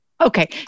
Okay